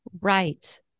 Right